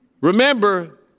Remember